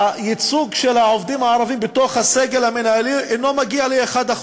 והייצוג של העובדים הערבים בסגל המינהלי אינו מגיע ל-1%.